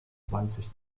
zwanzig